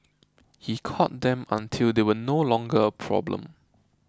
he caught them until they were no longer a problem